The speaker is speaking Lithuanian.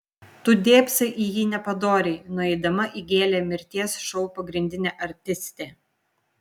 tu dėbsai į jį nepadoriai nueidama įgėlė mirties šou pagrindinė artistė